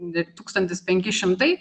tūkstantis penki šimtai